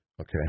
Okay